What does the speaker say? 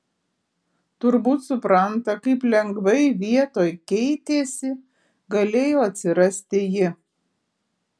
turbūt supranta kaip lengvai vietoj keitėsi galėjo atsirasti ji